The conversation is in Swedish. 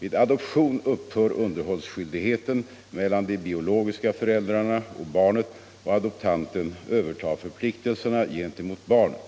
Vid adoption upphör underhållsskyldigheten mellan de biologiska föräldrarna och barnet och adoptanten övertar förpliktelserna gentemot barnet.